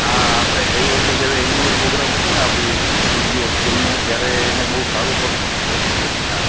આ આપણે ગઈ વખતે જયારે એન્યુઅલ પોગરામ હતો ને આપણી એનજીઓ સ્કૂલનો ત્યારે એણે બહુ સારું પરફોમન્સ આપ્યું હતું એણે હા